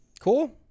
Cool